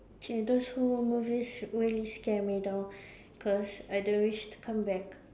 ya those horror movies really scare me down because I don't wish to come back